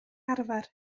arfer